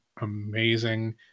amazing